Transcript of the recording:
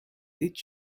did